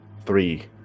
three